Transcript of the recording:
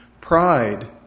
Pride